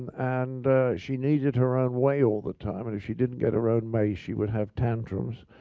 and she needed her own way all the time. and if she didn't get her own way, she would have tantrums.